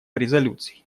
резолюций